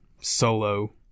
solo